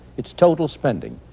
it's total spending.